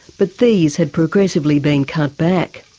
but these had progressively been cut back.